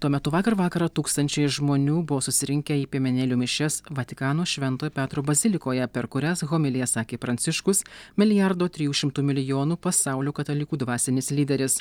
tuo metu vakar vakarą tūkstančiai žmonių buvo susirinkę į piemenėlių mišias vatikano švento petro bazilikoje per kurias homiliją sakė pranciškus milijardo trijų šimtų milijonų pasaulio katalikų dvasinis lyderis